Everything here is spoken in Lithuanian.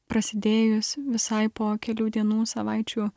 prasidėjus visai po kelių dienų savaičių